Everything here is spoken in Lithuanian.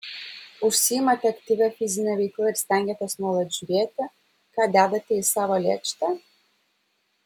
užsiimate aktyvia fizine veikla ir stengiatės nuolat žiūrėti ką dedate į savo lėkštę